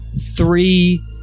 three